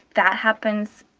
that happens